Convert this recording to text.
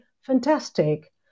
fantastic